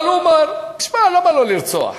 אבל הוא אומר: תשמע, למה לא לרצוח?